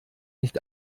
nicht